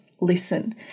listen